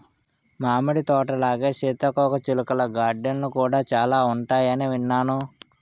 మామిడి తోటలాగే సీతాకోకచిలుకల గార్డెన్లు కూడా చాలా ఉంటాయని విన్నాను